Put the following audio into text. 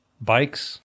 bikes